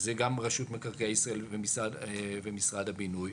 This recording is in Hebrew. שזה גם רשות מקרקעי ישראל ומשרד הבינוי,